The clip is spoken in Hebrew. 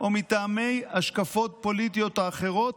או מטעמי השקפות פוליטיות או אחרות,